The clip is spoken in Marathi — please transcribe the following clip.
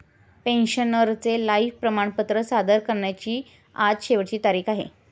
पेन्शनरचे लाइफ प्रमाणपत्र सादर करण्याची आज शेवटची तारीख आहे